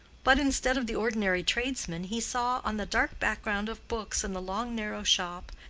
but instead of the ordinary tradesman, he saw, on the dark background of books in the long narrow shop,